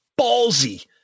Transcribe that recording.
ballsy